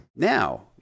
Now